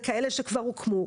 וכאלה שכבר הוקמו,